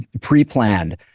pre-planned